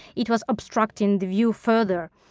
it was obstructing the view further.